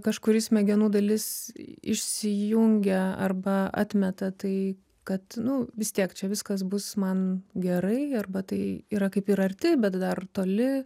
kažkuri smegenų dalis išsijungia arba atmeta tai kad nu vis tiek čia viskas bus man gerai arba tai yra kaip ir arti bet dar toli